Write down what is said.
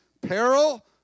Peril